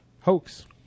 hoax